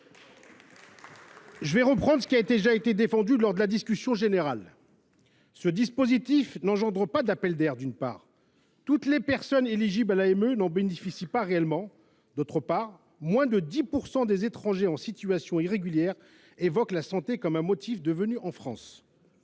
de l’AME. Comme cela a été dit lors de la discussion générale, ce dispositif ne crée pas d’appel d’air : d’une part, toutes les personnes éligibles à l’AME n’en bénéficient pas réellement ; d’autre part, moins de 10 % des étrangers en situation irrégulière évoquent la santé comme motif de venue en France.